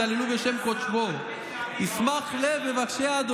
התהללו בשם קדשו ישמח לב מבקשי ה'.